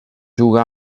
juga